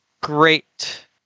great